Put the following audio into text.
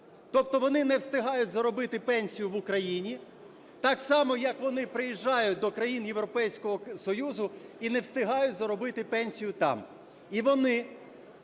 Тобто вони не встигають заробити пенсію в Україні, так само, як вони приїжджають до країн Європейського Союзу і не встигають заробити пенсію там.